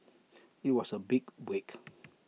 IT was A big break